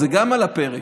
זה גם על הפרק.